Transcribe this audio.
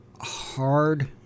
hard